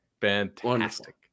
fantastic